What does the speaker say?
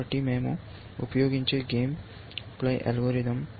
కాబట్టి మేము ఉపయోగించే గేమ్ ప్లే అల్గోరిథం